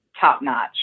top-notch